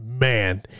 man